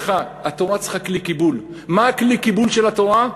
התורה צריכה כלי קיבול, מה כלי הקיבול של התורה?